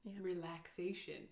relaxation